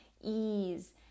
ease